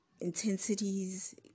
intensities